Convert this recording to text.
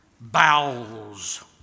Bowels